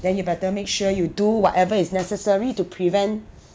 then you better make sure you do whatever is necessary to prevent